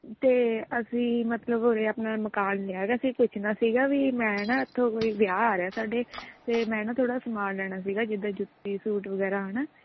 ਅਤੇ ਅਸੀਂ ਮਤਲਬ ਉਰੇ ਆਪਣਾ ਮਕਾਨ ਲਿਆ ਗਾ ਅਸੀਂ ਪੁੱਛਣਾ ਸੀਗਾ ਵੀ ਮੈਂ ਨਾ ਇੱਥੋਂ ਕੋਈ ਵਿਆਹ ਆ ਰਿਹਾ ਸਾਡੇ ਅਤੇ ਮੈਂ ਨਾ ਥੋੜਾ ਸਮਾਨ ਲੈਣਾ ਸੀਗਾ ਜਿੱਦਾਂ ਜੁੱਤੀ ਸੂਟ ਵਗੈਰਾ ਹੈ ਨਾ